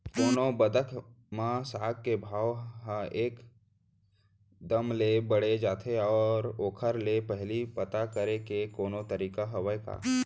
कोनो बखत म साग के भाव ह एक दम ले बढ़ जाथे त ओखर ले पहिली पता करे के कोनो तरीका हवय का?